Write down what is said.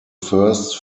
first